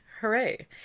Hooray